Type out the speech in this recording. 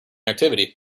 activity